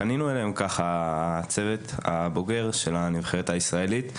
הצוות הבוגר של הנבחרת הישראלית,